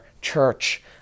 church